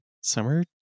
summer